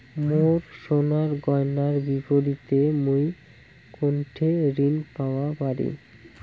মোর সোনার গয়নার বিপরীতে মুই কোনঠে ঋণ পাওয়া পারি?